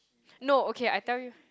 no okay I tell you